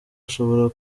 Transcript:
ashobora